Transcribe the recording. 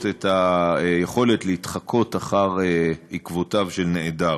את היכולת להתחקות אחר עקבותיו של נעדר.